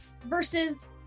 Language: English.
versus